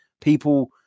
people